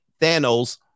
Thanos